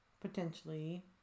potentially